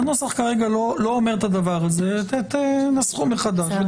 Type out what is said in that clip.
הנוסח כרגע לא אומר את הדבר הזה, תנסחו מחדש.